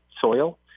soil